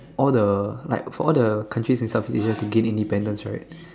all the like of all the countries itself easier to gain independence